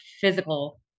physical